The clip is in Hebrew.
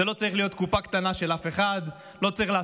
זה לא צריך להיות קופה קטנה של אף אחד.